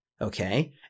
Okay